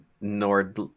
Nord